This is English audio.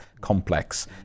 complex